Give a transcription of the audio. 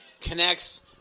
connects